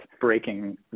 breaking